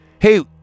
hey